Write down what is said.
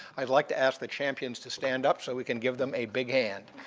i'd like to ask the champions to stand up so we can give them a big hand.